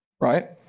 Right